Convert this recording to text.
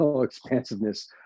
expansiveness